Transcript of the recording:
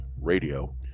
Radio